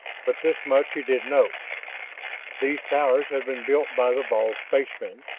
but this much he did know these towers had been built by the bald spacemen,